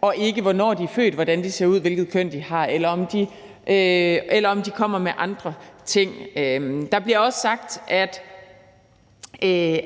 og ikke på, hvornår de er født, hvordan de ser ud, og hvilket køn de har, eller om de kommer med andre ting. Der bliver også sagt,